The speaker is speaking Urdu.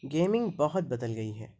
گیمنگ بہت بدل گئی ہے